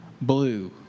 blue